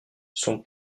son